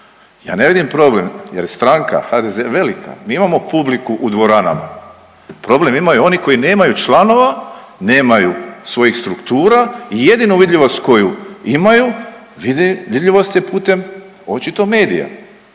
Ja ne vidim problem jer je stranka HDZ velika, mi imamo publiku u dvoranama. Problem imaju oni koji nemaju članova, nemaju svojih struktura i jednu vidljivost koju imaju vidljivost je putem očito medija